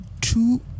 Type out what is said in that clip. two